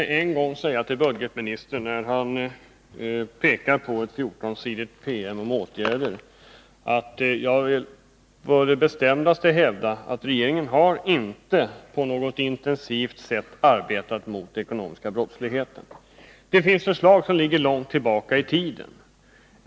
Herr talman! Budgetministern pekar på en 14-sidig PM med åtgärder. Låt mig med en gång säga att jag på det bestämdaste vill hävda att regeringen inte på något intensivt sätt motarbetat den ekonomiska brottsligheten. Det framlades förslag redan långt tillbaka i tiden.